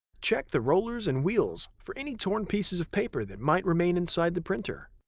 check the rollers and wheels for any torn pieces of paper that might remain inside the printer.